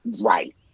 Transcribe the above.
Right